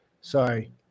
sorry